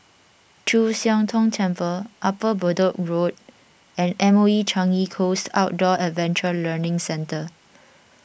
Chu Siang Tong Temple Upper Bedok Road and M O E Changi Coast Outdoor Adventure Learning Centre